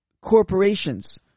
corporations